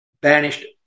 banished